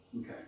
Okay